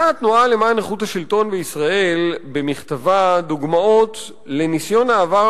התנועה למען איכות השלטון בישראל מביאה במכתבה דוגמאות מניסיון העבר